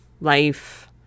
life